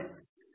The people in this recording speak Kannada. ಪ್ರೊಫೆಸರ್